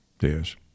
Yes